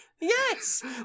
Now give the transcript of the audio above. yes